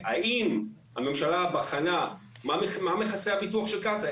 האם הממשלה בחנה מה מכסה הביטוח של קצא"א?